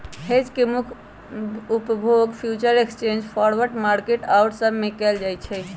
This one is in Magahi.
हेज के मुख्य उपयोग फ्यूचर एक्सचेंज, फॉरवर्ड मार्केट आउरो सब में कएल जाइ छइ